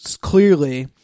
clearly